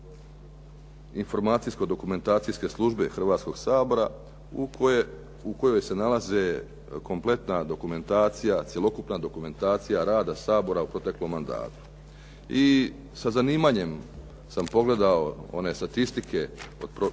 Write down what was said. informacijsko-dokumentacijske službe Hrvatskoga sabora u kojoj se nalazi kompletna dokumentacija, cjelokupna dokumentacija rada Sabora u proteklom mandatu i sa zanimanjem sam pogledao one statistike u prošlom sazivu